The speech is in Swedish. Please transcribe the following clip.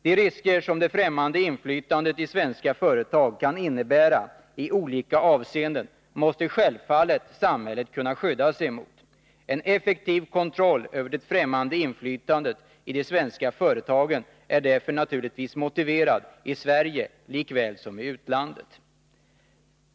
De risker som det främmande inflytandet i svenska företag kan innebära i olika avseenden måste självfallet samhället kunna skydda sig emot. En effektiv kontroll över det främmande inflytandet i svenska företag är därför naturligtvis motiverad i Sverige lika väl som i utlandet.